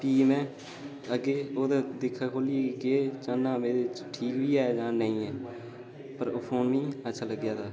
फ्ही में अग्गें ओह्दे दिक्खेआ खोह्लियै में केह् चाह्न्नां में एह्दे च ठीक बी ऐ नेईं ऐ पर ओह् फोन मिगी अच्छा लग्गेआ हा